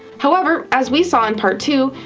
however, as we saw in part two,